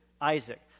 Isaac